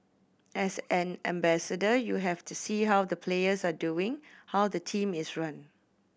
as an ambassador you have to see how the players are doing how the team is run